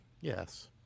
Yes